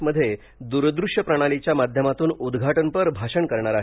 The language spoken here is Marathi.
मध्ये दूरदृश्य प्रणालीच्या माध्यमातून उद्घाटनपर भाषण करणार आहेत